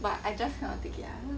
but I just cannot take it lah